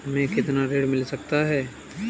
हमें कितना ऋण मिल सकता है?